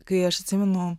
kai aš atsimenu